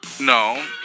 No